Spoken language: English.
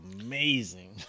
amazing